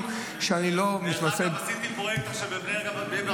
סליחה שאני לא יודע שיש מחר גביע המדינה בכדורגל.